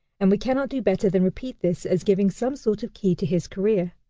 and we cannot do better than repeat this as giving some sort of key to his career.